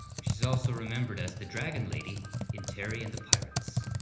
she's also remembered as the dragon lady in terry and the pirates.